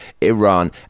iran